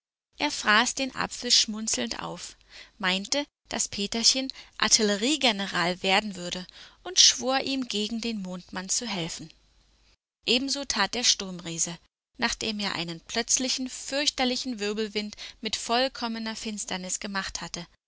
er fraß den apfel schmunzelnd auf meinte daß peterchen artilleriegeneral werden würde und schwor ihm gegen den mondmann zu helfen ebenso tat der sturmriese nachdem er einen plötzlichen fürchterlichen wirbelwind mit vollkommener finsternis gemacht hatte